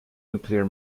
nuclear